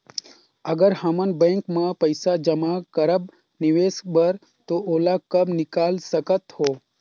अगर हमन बैंक म पइसा जमा करब निवेश बर तो ओला कब निकाल सकत हो?